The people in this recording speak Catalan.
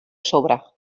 sobre